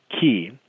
key